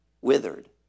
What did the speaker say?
withered